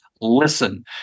listen